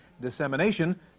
Dissemination